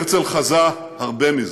הרצל חזה הרבה מזה.